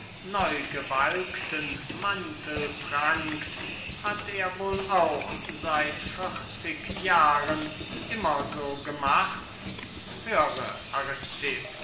neugewalkten mantel prangt hat er wohl auch seit vierzig jahren immer so gemacht höre